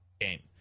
game